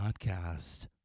Podcast